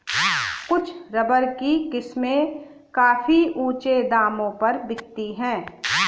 कुछ रबर की किस्में काफी ऊँचे दामों पर बिकती है